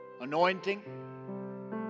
Anointing